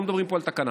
לא מדברים פה על תקנה.